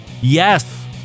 yes